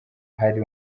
hari